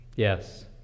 Yes